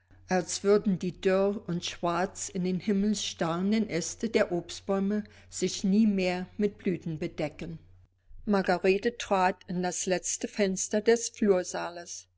als würden die dürr und schwarz in den himmel starrenden aeste der obstbäume sich nie mehr mit blüten bedecken margarete trat in das letzte fenster des